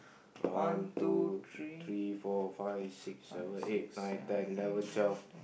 one two three four five six seven eight nine ten eleven twelve